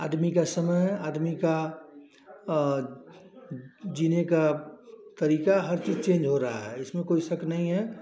आदमी का समय आदमी का और जीने का तरीका हर चीज़ चेन्ज हो रही है इसमें कोई शक नहीं है